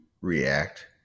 react